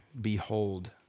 Behold